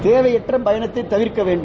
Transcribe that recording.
தேவையற்ற பயனத்தை தவிர்க்க வேண்டும்